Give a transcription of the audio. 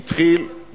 תפעיל את השעון.